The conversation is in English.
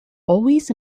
always